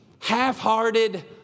half-hearted